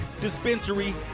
Dispensary